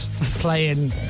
playing